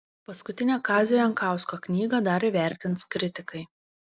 paskutinę kazio jankausko knygą dar įvertins kritikai